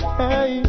hey